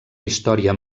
història